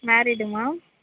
மேரீடுங்க ma'am